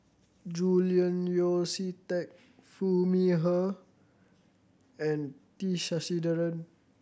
Julian Yeo See Teck Foo Mee Har and T Sasitharan